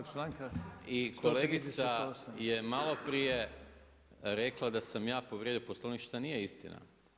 Kolegica je maloprije rekla da sam ja povrijedio Poslovnik što nije istina.